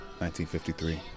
1953